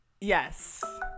Yes